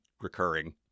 recurring